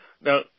Now